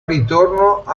ritorno